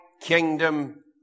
kingdom